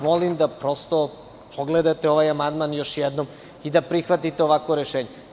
Molim vas da prosto pogledate ovaj amandman još jednom i da prihvatite ovakvo rešenje.